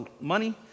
money